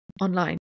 online